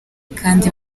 kandi